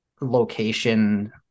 location